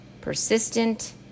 persistent